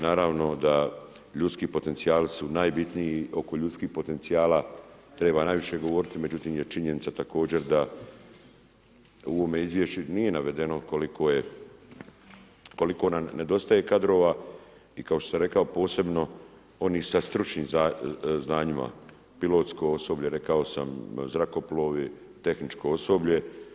Naravno da ljudski potencijali su najbitniji oko ljudskih potencijala treba najviše govoriti, međutim je činjenica također da u ovome izvješću nije navedeno koliko nam nedostaje kadrova i kao što sam rekao posebno onih sa stručnim znanjima pilotsko osoblje rekao sam, zrakoplovi, tehničko osoblje.